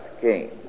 came